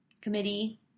committee